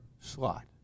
slot